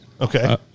Okay